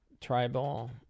tribal